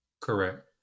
Correct